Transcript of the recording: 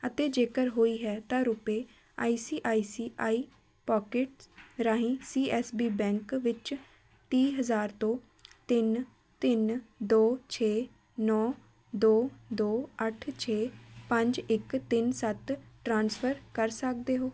ਅਤੇ ਜੇਕਰ ਹੋਈ ਹੈ ਤਾਂ ਰੁਪਏ I C I C I pocket ਰਾਹੀਂ ਸੀ ਐੱਸ ਬੀ ਬੈਂਕ ਵਿੱਚ ਤੀਹ ਹਜ਼ਾਰ ਤੋਂ ਤਿੰਨ ਤਿੰਨ ਦੋ ਛੇ ਨੌ ਦੋ ਦੋ ਅੱਠ ਛੇ ਪੰਜ ਇੱਕ ਤਿੰਨ ਸੱਤ ਟ੍ਰਾਂਸਫਰ ਕਰ ਸਕਦੇ ਹੋ